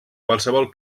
qualsevol